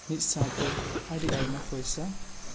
ᱢᱤᱫ ᱥᱟᱶ ᱛᱮ ᱟᱹᱰᱤ ᱟᱭᱢᱟ ᱯᱚᱭᱥᱟ